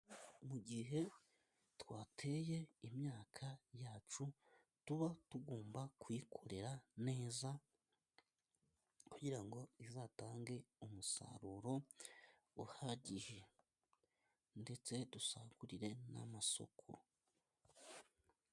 Mu gihe twateye imyaka yacu, tuba tugomba kuyikorera neza, kugira ngo izatange umusaruro uhagije, ndetse dusagurire n'amasoko.